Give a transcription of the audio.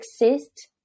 exist